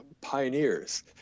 pioneers